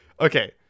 Okay